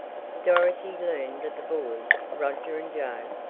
dorothy learned that the boys, roger and joe,